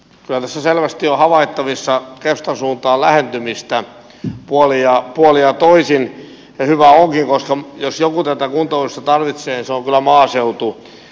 kyllä tässä selvästi on havaittavissa keskustan suuntaan lähentymistä puolin ja toisin ja hyvä onkin koska jos joku tätä kuntauudistusta tarvitsee se on kyllä maaseutu